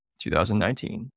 2019